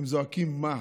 הם זועקים: מה.